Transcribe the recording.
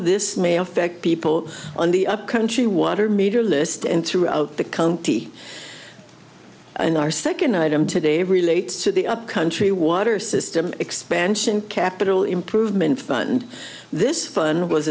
this may affect people on the up country water meter list and throughout the county and our second item today relates to the upcountry water system expansion capital improvement fund this fund was